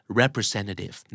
representative